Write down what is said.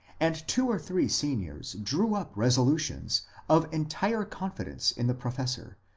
and two or three seniors drew up resolutions of entire confidence in the professor,